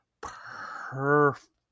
perfect